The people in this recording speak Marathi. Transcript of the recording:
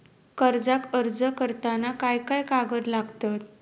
कर्जाक अर्ज करताना काय काय कागद लागतत?